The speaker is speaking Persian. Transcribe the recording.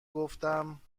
گفتم